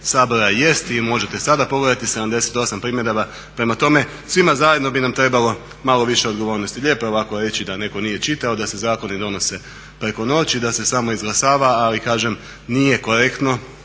sabora jeste i možete sada pogledati 78 primjedaba. Prema tome, svima zajedno bi nam trebalo malo više odgovornosti. Lijepo je ovako reći da neko nije čitao, da se zakone donose preko noći, da se samo izglasava ali kažem nije korektno,